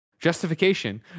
Justification